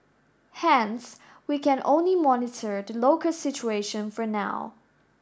hence we can only monitor the local situation for now